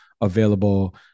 available